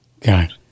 God